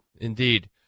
Indeed